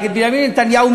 נגד בנימין נתניהו,